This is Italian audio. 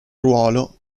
ruolo